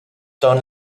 ton